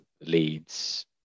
leads